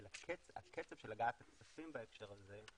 אבל קצב הגעת הכספים בהקשר הזה,